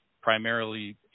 primarily